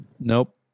Nope